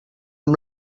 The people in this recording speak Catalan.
amb